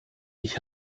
ich